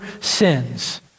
sins